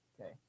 Okay